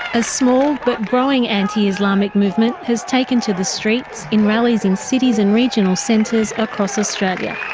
a small but growing anti-islamic movement has taken to the streets in rallies in cities and regional centres across australia.